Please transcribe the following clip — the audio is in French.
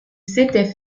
s’étaient